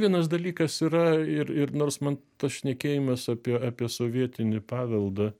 vienas dalykas yra ir ir nors man tas šnekėjimas apie apie sovietinį paveldą